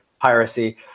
piracy